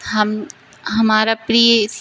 हम हमारा प्रिय इस